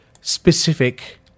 specific